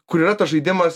kur yra tas žaidimas